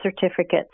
certificates